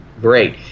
great